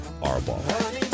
Arbaugh